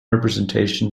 representation